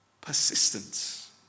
persistence